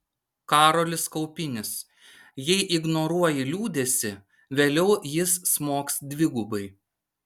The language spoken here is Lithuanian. karolis kaupinis jei ignoruoji liūdesį vėliau jis smogs dvigubai